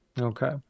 okay